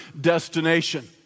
destination